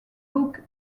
look